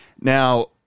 Now